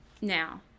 Now